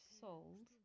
sold